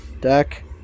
deck